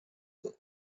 the